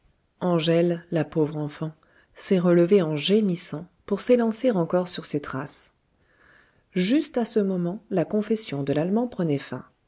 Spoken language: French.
angèle la pauvre enfant s'est relevée en gémissant pour s'élancer encore sur ses traces juste à ce moment la confession de l'allemand prenait fin